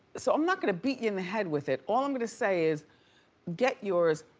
so i'm not gonna beat you in the head with it. all i'm gonna say is get yours